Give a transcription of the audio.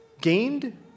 gained